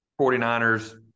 49ers